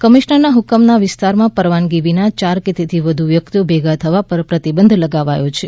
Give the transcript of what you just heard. commissioner હક્રમના વિસ્તારમાં પરવાનગી વિના ચાર કે તેથી વધુ વ્યક્તિઓના ભેગા થવા પર પ્રતિબંધ લગાવાયો છે